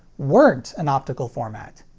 weren't an optical format.